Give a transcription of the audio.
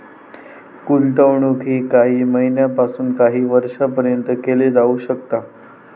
गुंतवणूक ही काही महिन्यापासून काही वर्षापर्यंत केली जाऊ शकता